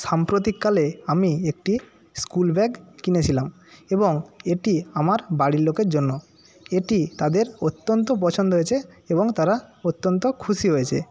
সাম্প্রতিককালে আমি একটি স্কুল ব্যাগ কিনেছিলাম এবং এটি আমার বাড়ির লোকের জন্য এটি তাদের অত্যন্ত পছন্দ হয়েছে এবং তারা অত্যন্ত খুশি হয়েছে